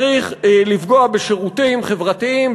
צריך לפגוע בשירותים חברתיים,